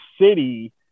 city